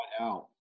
out